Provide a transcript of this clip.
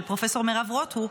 של פרופ' מירב רוט הוא,